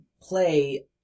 play